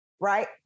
right